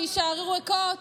שיישארו ריקות,